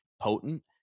potent